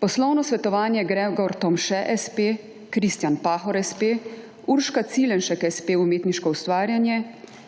Poslovno svetovanje Gregor Tomše s.p., Kristjan Pahor s.p., Urška Cilenšek s.p., umetniško ustvarjanje,